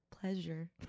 pleasure